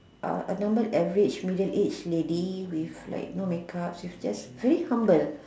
uh a normal average middle age lady with no make up you know she's very humble